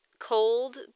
cold